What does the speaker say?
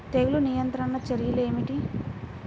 తెగులు నియంత్రణ చర్యలు ఏమిటి?